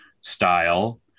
style